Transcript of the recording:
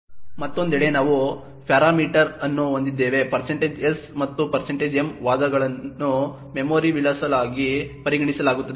ಮತ್ತೊಂದೆಡೆ ನಾವು ಪ್ಯಾರಾಮೀಟರ್ ಅನ್ನು ಹೊಂದಿದ್ದೇವೆ s ಮತ್ತು m ವಾದಗಳನ್ನು ಮೆಮೊರಿ ವಿಳಾಸಗಳಾಗಿ ಪರಿಗಣಿಸಲಾಗುತ್ತದೆ